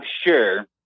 sure